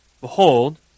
Behold